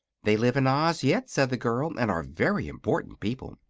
they live in oz yet, said the girl, and are very important people.